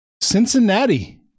Cincinnati